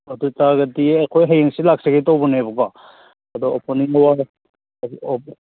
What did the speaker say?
ꯑꯗꯨ ꯑꯣꯏꯇꯥꯔꯒꯗꯤ ꯑꯩꯈꯣꯏ ꯍꯌꯦꯡꯁꯦ ꯂꯥꯛꯆꯒꯦ ꯇꯧꯕꯅꯦꯕꯀꯣ ꯑꯗꯣ ꯑꯣꯄꯅꯤꯡ ꯑꯋꯥꯔ ꯍꯥꯏꯗꯤ ꯑꯣꯄꯅꯤꯡ